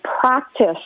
practice